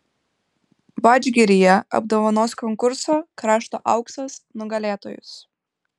vadžgiryje apdovanos konkurso krašto auksas nugalėtojus